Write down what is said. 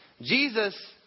Jesus